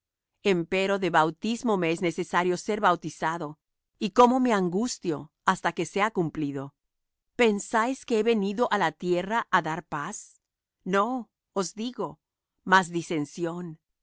encendido empero de bautismo me es necesario ser bautizado y cómo me angustio hasta que sea cumplido pensáis que he venido á la tierra á dar paz no os digo mas disensión